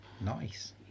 Nice